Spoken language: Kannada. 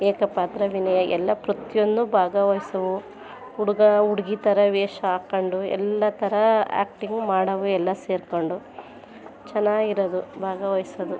ಏಕಪಾತ್ರಾಭಿನಯ ಎಲ್ಲ ಪ್ರತಿಯಲ್ಲೂ ಭಾಗವಹಿಸವು ಹುಡುಗ ಹುಡುಗಿ ಥರ ವೇಷ ಹಾಕೊಂಡು ಎಲ್ಲ ಥರ ಆ್ಯಕ್ಟಿಂಗ್ ಮಾಡವೇ ಎಲ್ಲ ಸೇರಿಕೊಂಡು ಚೆನ್ನಾಗಿರೋದು ಭಾಗವಹಿಸೋದು